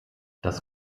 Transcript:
das